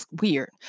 weird